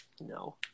No